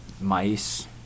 mice